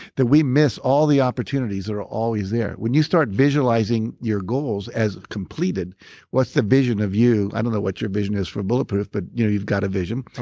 that we miss all the opportunities that are always there. when you start visualizing your goals as completed what's the vision of you? i don't know what your vision is for bulletproof, but you've got a vision.